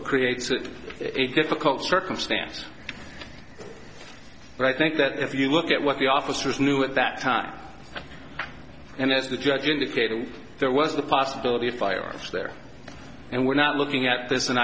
of creates a difficult circumstance but i think that if you look at what the officers knew at that time and as the judge indicated there was the possibility of firearms there and we're not looking at this